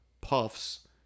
puffs